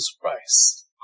Christ